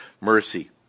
mercy